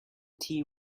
tea